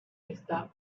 está